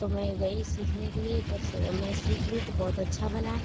तो मैं गई सीखने के लिए तो स मैं सीख ली तो बहुत अच्छा बना